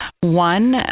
One